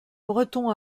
bretons